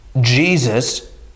Jesus